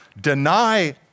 deny